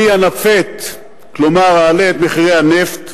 אני אנפט, כלומר אעלה את מחירי הנפט,